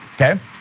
okay